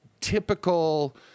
typical